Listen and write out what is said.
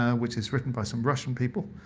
ah which is written by some russian people.